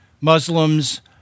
Muslims